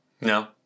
No